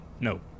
No